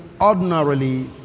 ordinarily